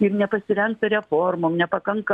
ir nepasirengta reformom nepakanka